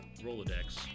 Rolodex